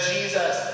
Jesus